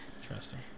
Interesting